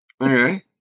Okay